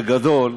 בגדול,